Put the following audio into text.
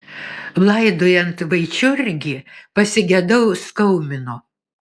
laidojant vaičiurgį pasigedau skaumino